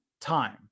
time